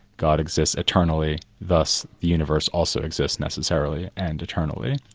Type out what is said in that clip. god exists eternally, thus the universe also exists necessarily and eternally.